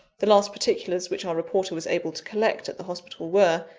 the last particulars which our reporter was able to collect at the hospital were,